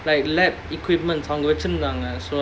like laboratory equipment அவங்கவச்சிருந்தாங்க:avanga vachirunthanga so